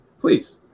please